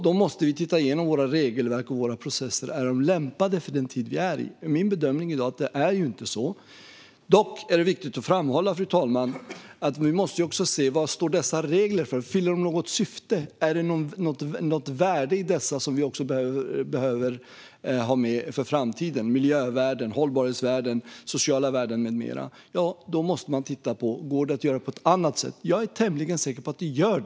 Då måste vi titta igenom våra regelverk och våra processer - är de lämpade för den tid vi befinner oss i? Min bedömning i dag är att det inte är så. Dock är det viktigt att framhålla, fru talman, att vi också måste se vad dessa regler står för. Fyller de något syfte? Finns det något värde i dem som vi behöver ha med för framtiden? Det kan handla om miljövärden, hållbarhetsvärden, sociala värden med mera. Då måste man titta på om det går att göra på ett annat sätt. Jag är tämligen säker på att det går.